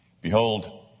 Behold